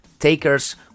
Takers